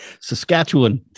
Saskatchewan